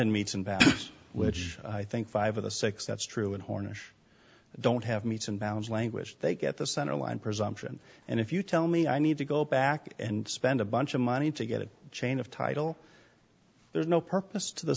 and which i think five of the six that's true and hornish don't have meets and bounds language they get the centerline presumption and if you tell me i need to go back and spend a bunch of money to get it change of title there's no purpose to the